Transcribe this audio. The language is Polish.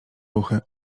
ruchy